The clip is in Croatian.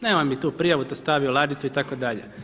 Nemoj mi tu prijavu, to stavi u ladicu itd.